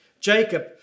Jacob